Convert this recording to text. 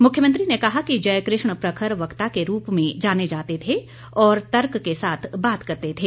मुख्यमंत्री ने कहा कि जयकृष्ण प्रखर वक्ता के रूप में जाने जाते थे और तर्क के साथ बात करते थे